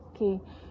okay